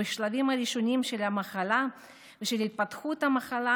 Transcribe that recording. בשלבים הראשונים של המחלה ושל התפתחות המחלה,